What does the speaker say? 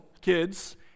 kids